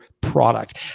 product